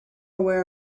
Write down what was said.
aware